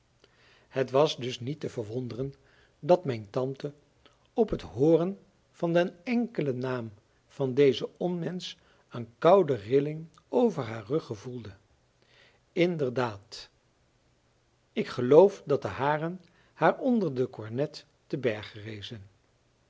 het was dus niet te verwonderen dat mijn tante op het hooren van den enkelen naam van dezen onmensch een koude rilling over haar rug gevoelde inderdaad ik geloof dat de haren haar onder de kornet te berge rezen